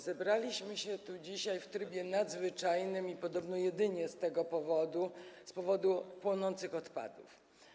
Zebraliśmy się tu dzisiaj w trybie nadzwyczajnym i podobno jedynie z tego powodu, z powodu płonących odpadów.